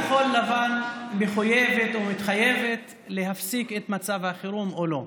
האם כחול לבן מחויבת או מתחייבת להפסיק את מצב החירום או לא?